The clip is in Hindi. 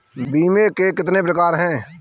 बीमे के कितने प्रकार हैं?